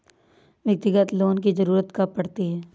व्यक्तिगत लोन की ज़रूरत कब पड़ती है?